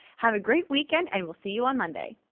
have a great weekend and we'll see you on monday.